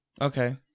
Okay